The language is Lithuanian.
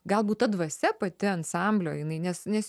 galbūt ta dvasia pati ansamblio jinai nes nes